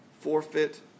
forfeit